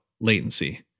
latency